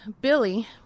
Billy